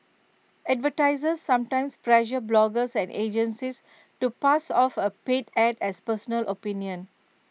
advertisers sometimes pressure bloggers and agencies to pass off A paid Ad as personal opinion